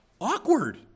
Awkward